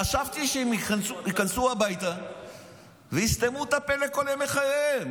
חשבתי שהם ייכנסו הביתה ויסתמו את הפה לכל ימי חייהם,